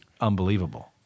unbelievable